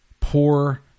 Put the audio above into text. poor